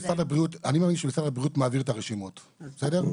אני מאמין שמשרד הבריאות מעביר את הרשימות, בסדר?